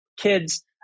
kids